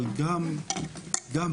אבל גם הקפיטליזם.